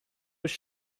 with